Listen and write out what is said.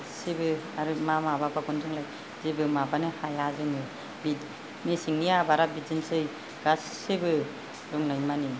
गासिबो आरो मा माबाबावगोन जोंलाय जेबो माबानो हाया जोङो बिदि मेसेंनि आबादआ बिदिनोसै गासिबो दंनायमानि